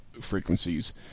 frequencies